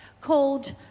called